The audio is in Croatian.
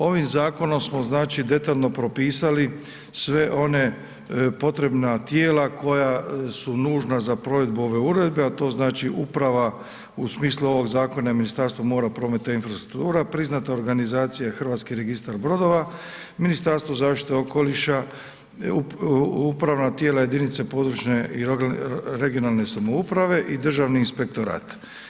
Ovim zakonom smo znači detaljno propisali sve ona potrebna tijela koja su nužna za provedbu ove uredbe a to znači uprava u smislu ovog zakona je Ministarstvo mora, prometa i infrastruktura, priznata organizacija Hrvatski registar brodova, Ministarstvo zaštite okoliša, upravna tijela jedinica područne i regionalne samouprave i Državni inspektorat.